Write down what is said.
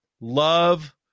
love